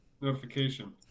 notification